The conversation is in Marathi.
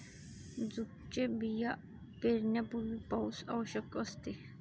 जूटचे बिया पेरण्यापूर्वी पाऊस आवश्यक असते